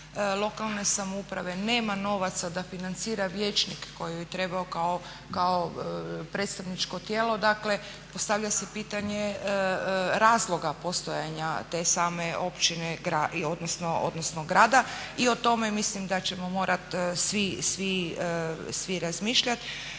lokalne samouprave nema novaca da financira vijećnike koje bi trebao kao predstavničko tijelo, dakle postavlja se pitanje razloga postojanja te same općine odnosno grada. I o tome mislim da ćemo morati svi razmišljati.